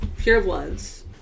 pure-bloods